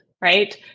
right